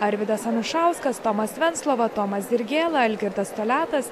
arvydas anušauskas tomas venclova tomas dirgėla algirdas toliatas